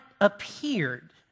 appeared